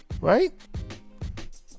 Right